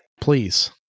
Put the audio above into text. Please